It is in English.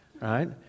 right